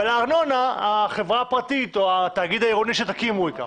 ואת הארנונה החברה הפרטית או התאגיד העירוני שתקימו ייקח.